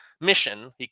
mission